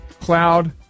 cloud